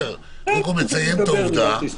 קודם כול אני מציין את העובדה.